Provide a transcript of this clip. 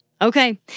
Okay